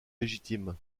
légitime